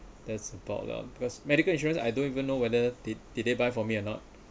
that's about lah because medical insurance I don't even know whether they did they buy for me or not